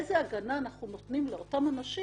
איזה הגנה אנחנו נותנים לאותם אנשים?